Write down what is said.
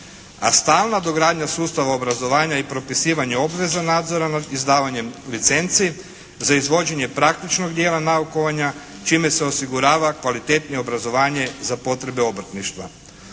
A stalna dogradnja sustava obrazovanja i propisivanje obveza nadzora nad izdavanjem licenci za izvođenje praktičnog dijela naukovanja čime se osigurava kvalitetnije obrazovanje za potrebe obrtništva.